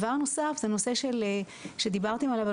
דבר נוסף זה נושא שדיברתם עליו,